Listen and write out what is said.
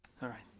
alright.